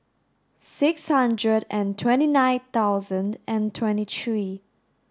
six hundred and twenty nine thousand and twenty three